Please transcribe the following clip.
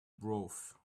broth